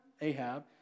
Ahab